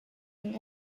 and